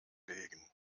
legen